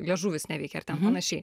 liežuvis neveikia ar ten panašiai